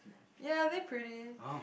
ya they pretty